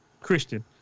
Christian